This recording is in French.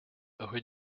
rue